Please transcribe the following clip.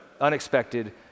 unexpected